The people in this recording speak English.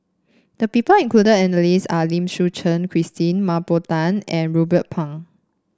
the people included in the list are Lim Suchen Christine Mah Bow Tan and Ruben Pang